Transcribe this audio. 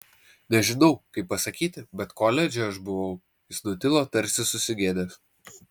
nežinau kaip pasakyti bet koledže aš buvau jis nutilo tarsi susigėdęs